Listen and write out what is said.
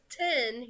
ten